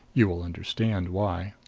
you will understand why.